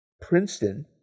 Princeton